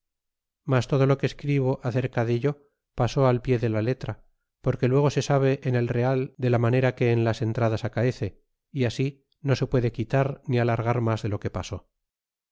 mas todo lo que escribo acerca dello pasó al pie de la letra porque luego se sabe en el real de la manera que en las entradas acaece y ansi no se puede quitar ni alargar mas de lo que pasó